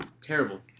terrible